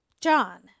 John